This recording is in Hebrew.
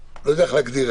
גבוה.